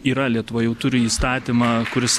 yra lietuva jau turi įstatymą kuris